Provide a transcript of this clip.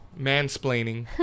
mansplaining